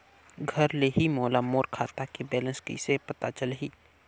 घर ले ही मोला मोर खाता के बैलेंस कइसे पता चलही?